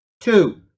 Two